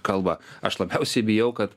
kalbą aš labiausiai bijau kad